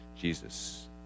Jesus